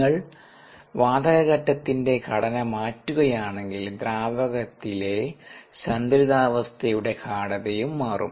നിങ്ങൾ വാതകഘട്ടത്തിന്റെ ഘടന മാറ്റുകയാണെങ്കിൽ ദ്രാവകത്തിലെ സന്തുലിതാവസ്ഥയുടെ ഗാഢതയും മാറും